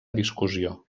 discussió